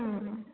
ಹ್ಞೂ ಹ್ಞೂ